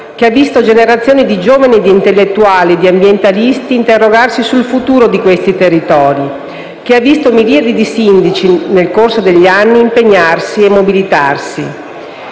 che ha visto generazioni di giovani, intellettuali e ambientalisti interrogarsi sul futuro di questi territori, che ha visto miriadi di sindaci impegnarsi e mobilitarsi